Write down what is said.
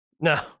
No